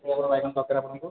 କେତେ କ'ଣ ବାଇଗଣ ଦରକାର ଆପଣଙ୍କୁ